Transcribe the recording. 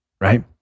right